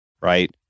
Right